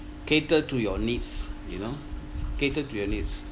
cater to your needs you know cater to your needs